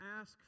ask